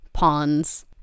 pawns